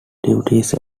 duties